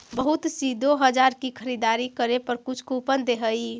बहुत सी दो हजार की खरीदारी करे पर कुछ कूपन दे हई